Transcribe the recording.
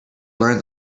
learn